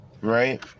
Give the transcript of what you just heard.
right